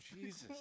Jesus